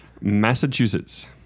Massachusetts